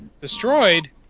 Destroyed